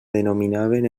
denominaven